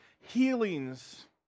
healings